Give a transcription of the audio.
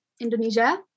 Indonesia